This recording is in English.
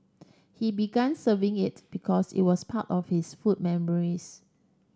he began serving it because it was part of his food memories